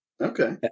Okay